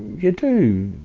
you do,